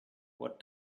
what